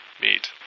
Meet